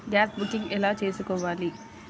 Gas booking ఎలా చేసుకోవాలి?